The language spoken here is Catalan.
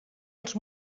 els